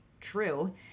True